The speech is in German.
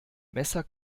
messer